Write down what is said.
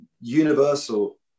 Universal